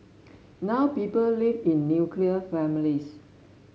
now people live in nuclear families